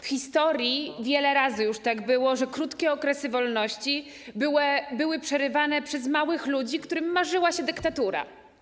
W historii wiele razy już tak było, że krótkie okresy wolności były przerywane przez małych ludzi, którym marzyła się dyktatura.